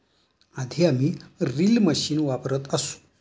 आधी आम्ही reel machine वापरत असू